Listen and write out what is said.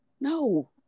No